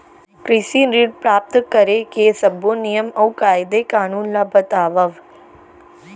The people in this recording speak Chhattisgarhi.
कृषि ऋण प्राप्त करेके सब्बो नियम अऊ कायदे कानून ला बतावव?